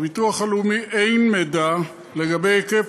בביטוח הלאומי אין מידע לגבי היקף